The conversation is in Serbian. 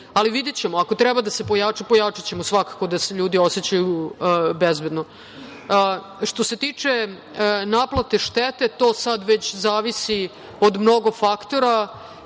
ali videćemo, ako treba da se pojača, pojačaćemo svakako, da se ljudi osećaju bezbedno. Što se tiče naplate štete, to sad već zavisi od mnogo faktora